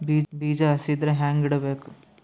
ಬೀಜ ಹಸಿ ಇದ್ರ ಹ್ಯಾಂಗ್ ಇಡಬೇಕು?